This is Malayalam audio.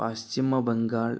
പശ്ചിമ ബംഗാൾ